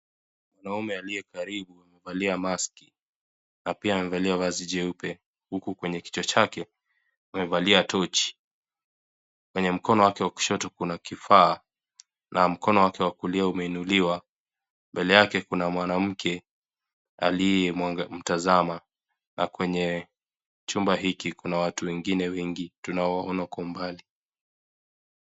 Mwanaume aliyekaribu amevalia maski na pia amevalia vazi jeupe huku kwenye kichwa chake amevalia tochi. Kwenye mkono wake wa kushoto kuna kifaa na mkono wake wa kulia umeinuliwa. Mbele yake kuna mwanamke aliyemtazama na kwenye chumba hiki kuna watu wengine tunawaona kwa mbali.